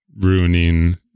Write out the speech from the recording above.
ruining